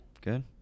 Good